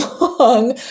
long